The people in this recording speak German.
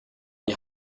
die